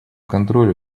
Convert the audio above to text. контроля